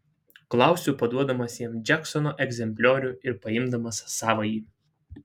klausiu paduodamas jam džeksono egzempliorių ir paimdamas savąjį